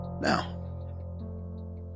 Now